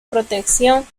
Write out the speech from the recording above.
protección